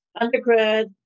undergrad